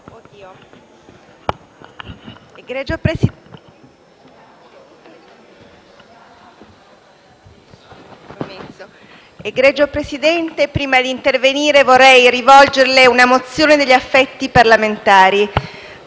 Egregio Presidente, prima di intervenire vorrei rivolgerle una mozione degli affetti parlamentari.